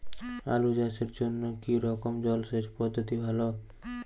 আলু চাষের জন্য কী রকম জলসেচ পদ্ধতি ভালো?